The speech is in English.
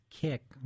kick